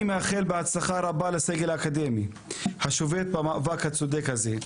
אני מאחל הצלחה רבה לסגל האקדמי השובת במאבק הצודק הזה.